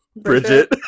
Bridget